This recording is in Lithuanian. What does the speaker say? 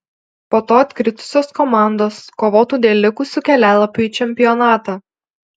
po to atkritusios komandos kovotų dėl likusių kelialapių į čempionatą